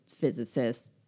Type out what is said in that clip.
physicists